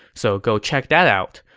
so go check that out.